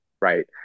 right